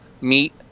meet